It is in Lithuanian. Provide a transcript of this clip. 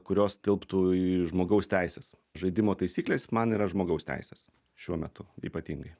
kurios tilptų į žmogaus teises žaidimo taisyklės man yra žmogaus teisės šiuo metu ypatingai